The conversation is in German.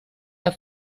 der